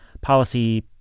policy